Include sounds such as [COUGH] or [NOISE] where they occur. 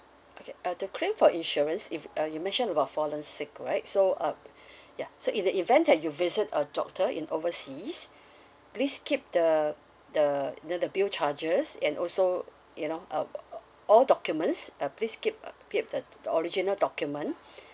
okay uh to claim for insurance if uh you mention about fallen sick right so uh [BREATH] ya so in the event that you visit a doctor in overseas please keep the the you know the bill charges and also you know uh all documents uh please keep uh keep the original document [BREATH]